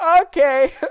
okay